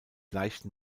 leichten